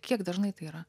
kiek dažnai tai yra